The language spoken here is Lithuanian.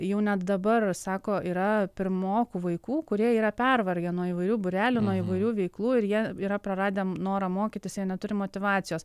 jau net dabar sako yra pirmokų vaikų kurie yra pervargę nuo įvairių būrelių nuo įvairių veiklų ir jie yra praradę norą mokytis jie neturi motyvacijos